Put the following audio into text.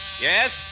Yes